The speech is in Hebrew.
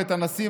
בית הנשיא,